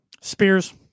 Spears